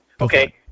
Okay